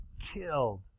killed